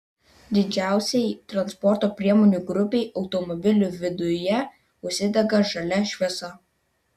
didžiausiai transporto priemonių grupei automobilių viduje užsidega žalia šviesa